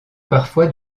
parfois